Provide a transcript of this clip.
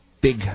Big